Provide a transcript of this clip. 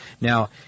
Now